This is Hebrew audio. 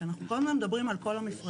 כי אנחנו כל הזמן מדברים על כל המפרטים.